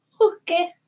Okay